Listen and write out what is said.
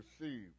receive